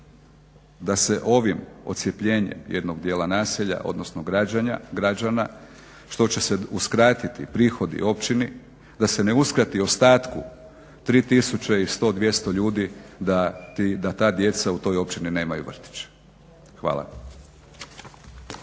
da se ovim odcjepljenjem jednog djela naselja, odnosno građana, što će se uskratiti prihodi općini, da se ne uskrati ostatku 3100, 3200 ljudi da ta djeca u toj općini nemaju vrtić. Hvala.